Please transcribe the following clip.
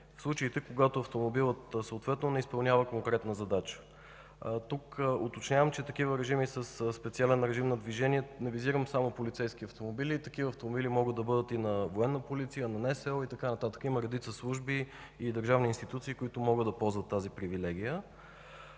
в случаите, когато автомобилът съответно не изпълнява конкретна задача. Тук уточнявам, че такива автомобили със специален режим на движение – не визирам само полицейски автомобили, могат да бъдат и на Военна полиция, на НСО и така нататък. Има редица служби и държавни институции, които могат да ползват тази привилегия.